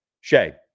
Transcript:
shay